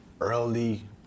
early